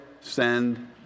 send